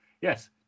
Yes